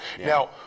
Now